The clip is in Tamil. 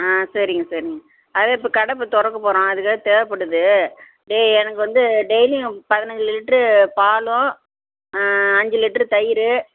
ஆ சரிங்க சரிங்க அதுதான் இப்போது கடை இப்போ திறக்கப் போகிறோம் அதுக்காக தேவைப்படுது டெய் எனக்கு வந்து டெய்லியும் பதினைஞ்சு லிட்ரு பாலும் அஞ்சு லிட்ரு தயிர்